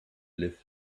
live